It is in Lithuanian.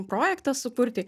projektą sukurti